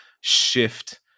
shift